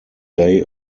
day